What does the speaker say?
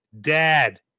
Dad